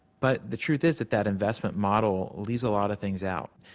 but the truth is that that investment model leaves a lot of things out.